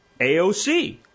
AOC